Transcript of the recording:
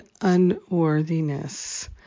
unworthiness